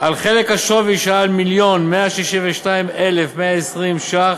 על חלק השווי שעד מיליון ו-162,120 ש"ח,